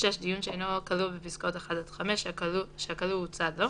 (6)דיון שאינו כלול בפסקאות (1) עד (5) שהכלוא הוא צד לו,